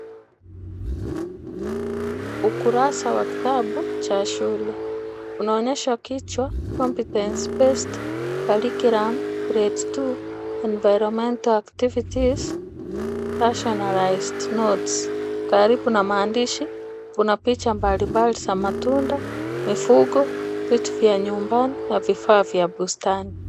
Ukurasa wa kitabu cha shule. Unaonyesha kichwa competence based curriculum grade 2, environmental activities rationalized notes . Karibu na maandishi, kuna picha mbalimbali za matunda, mifugo, vitu vya nyumbani na vifaa vya bustani.